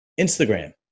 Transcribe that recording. Instagram